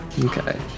Okay